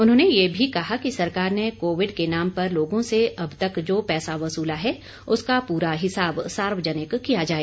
उन्होंने ये भी कहा कि सरकार ने कोविड के नाम पर लोगों से अब तक जो पैसा वसूला है उसका पूरा हिसाब सार्वजनिक किया जाए